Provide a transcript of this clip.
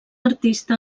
artista